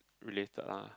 related lah